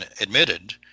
admitted